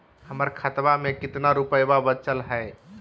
हमर खतवा मे कितना रूपयवा बचल हई?